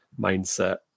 mindset